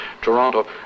Toronto